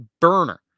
burner